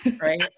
right